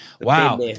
Wow